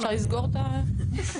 אפשר לסגור את האירוע?